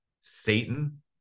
Satan